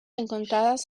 encontradas